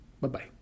Bye-bye